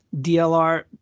DLR